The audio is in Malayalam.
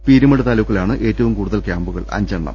പീരുമേട് താലുക്കിലാണ് ഏറ്റവും കൂടുതൽ ക്യാംപുകൾ അഞ്ചെണ്ണം